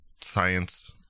science